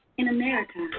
in america,